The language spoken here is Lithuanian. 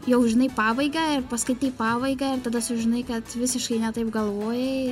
jau žinai pabaigą ir paskaitai pabaigą ir tada sužinai kad visiškai ne taip galvojai